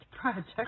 Project